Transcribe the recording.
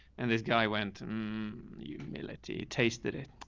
and this guy went and you may let tasted it.